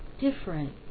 different